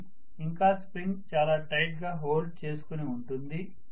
కానీ ఇంకా స్ప్రింగ్ చాలా టైట్ గా హోల్డ్ చేసుకొని ఉంటుంది